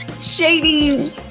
shady